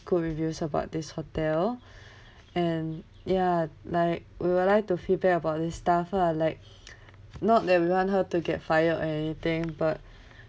good reviews about this hotel and ya like we would like to feedback about this staff ah like not that we want her to get fired or anything but